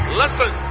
listen